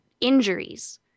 injuries